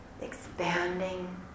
expanding